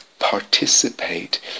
Participate